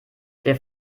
der